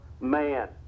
man